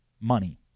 money